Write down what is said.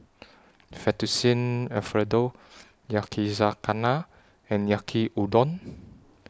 Fettuccine Alfredo Yakizakana and Yaki Udon